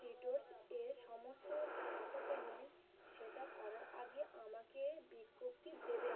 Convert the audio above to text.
citrus এ সমস্ত auto payment সেটা করার আগে আমাকে বিজ্ঞপ্তি দেবেন